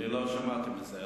אני לא שמעתי מזה.